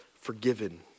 forgiven